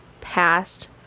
past